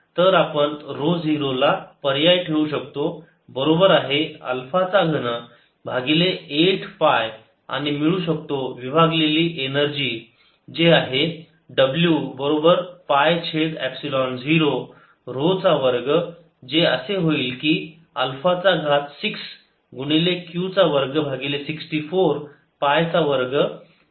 तर आपण ऱ्हो 0 ला पर्याय ठेवू शकतो बरोबर आहे अल्फा चा घन भागिले 8 पाय आणि मिळू शकतो विभागलेली एनर्जी जे आहे w बरोबर पाय छेद एपसिलोन 0 ऱ्हो चा वर्ग जे असे होईल की अल्फा चा घात 6 गुणिले Q चा वर्ग भागिले 64 पाय चा वर्ग गुणिले अल्फा चा घात 5